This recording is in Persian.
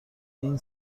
این